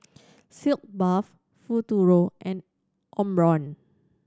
Sitz Bath Futuro and Omron